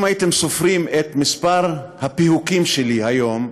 אם הייתם סופרים את מספר הפיהוקים שלי היום,